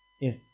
Yes